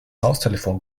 haustelefon